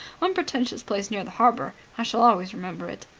unpretentious place near the harbour. i shall always remember it.